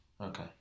Okay